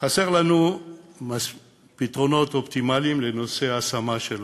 חסרים לנו פתרונות אופטימליים לנושא השמה של ילדים.